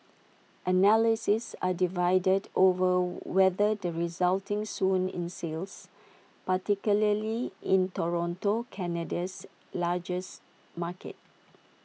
analysis are divided over whether the resulting swoon in sales particularly in Toronto Canada's largest market